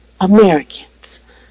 Americans